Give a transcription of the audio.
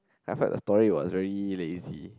I felt the story was very lazy